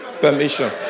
permission